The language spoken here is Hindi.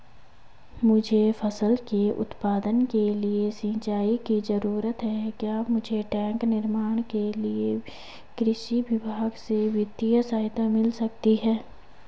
मुझे फसल के उत्पादन के लिए सिंचाई की जरूरत है क्या मुझे टैंक निर्माण के लिए कृषि विभाग से वित्तीय सहायता मिल सकती है?